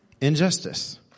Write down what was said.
injustice